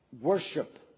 worship